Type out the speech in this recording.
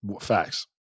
Facts